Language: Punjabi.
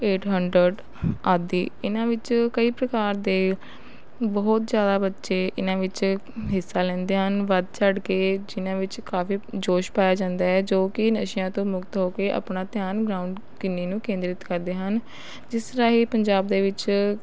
ਏਟ ਹਨਡਰਡ ਆਦਿ ਇਨ੍ਹਾਂ ਵਿੱਚ ਕਈ ਪ੍ਰਕਾਰ ਦੇ ਬਹੁਤ ਜ਼ਿਆਦਾ ਬੱਚੇ ਇਨ੍ਹਾਂ ਵਿੱਚ ਹਿੱਸਾ ਲੈਂਦੇ ਹਨ ਵੱਧ ਚੜ੍ਹ ਕੇ ਜਿਨ੍ਹਾਂ ਵਿੱਚ ਕਾਫੀ ਜੋਸ਼ ਪਾਇਆ ਜਾਂਦਾ ਹੈ ਜੋ ਕਿ ਨਸ਼ਿਆਂ ਤੋਂ ਮੁਕਤ ਹੋ ਕੇ ਆਪਣਾ ਧਿਆਨ ਗਰਾਊਂਡ ਕੰਨੀ ਨੂੰ ਕੇਂਦਰਿਤ ਕਰਦੇ ਹਨ ਜਿਸ ਰਾਹੀਂ ਪੰਜਾਬ ਦੇ ਵਿੱਚ